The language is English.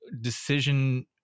decision